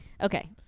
Okay